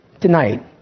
Tonight